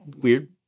Weird